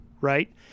Right